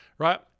right